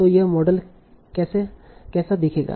तो यह मॉडल कैसा दिखेगा